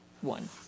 one